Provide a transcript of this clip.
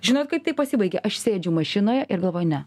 žinot kaip tai pasibaigia aš sėdžiu mašinoje ir galvoju ne